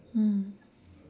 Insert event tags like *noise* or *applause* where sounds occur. mm *breath*